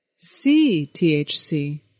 C-T-H-C